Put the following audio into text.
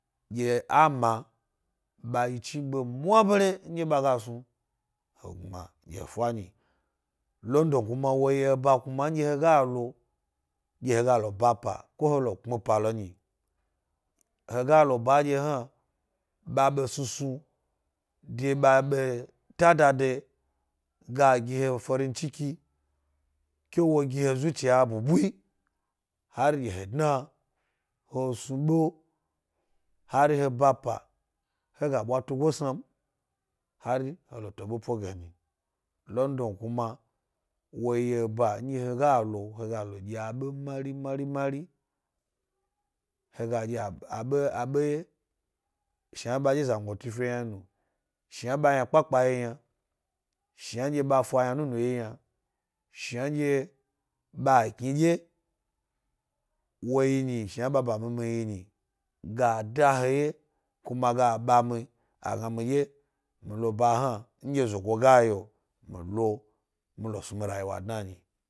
Ɗye a maɓayi chigbe mwabere nɗye ɓa ga snu gi zango bwa n. London kuma woyi eba ndye he ga lo ɗye he ga ba pa ko he lo pmi pa lo n, he ga lo ba nɗye in a ba ɓa be snusnu de ba beta dadayi ga gi hefarinciki ke wo gi her zuciya bubu, hari gi he dna he snu be hari he ba pa he ga bwa tugo tsna mi hari gi la popo ge london kuma woyi eba nɗye he ga lo he ga lo dye abe marimari-mari hhe ga abe wye shnanbadye zangoti fio yna, ɓa yna nunu yi yna. Shnandye ɓa eko ɗye wo yi n, shnandye ɓa ba mimi yi n, ga da he wye, kuma ga pa mi a gna mi dye mi lo ba hna, nɗye zogo ga yi o gi mi lo mi lo snu zama lo dnan.